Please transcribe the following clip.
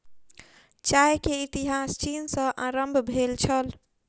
चाय के इतिहास चीन सॅ आरम्भ भेल छल